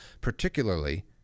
particularly